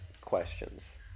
questions